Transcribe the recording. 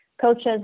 coaches